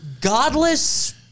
godless